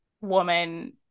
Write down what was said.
woman